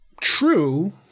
true